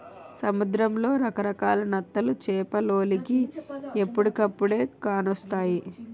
సముద్రంలో రకరకాల నత్తలు చేపలోలికి ఎప్పుడుకప్పుడే కానొస్తాయి